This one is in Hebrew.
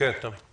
כמו הגבלת הזמן,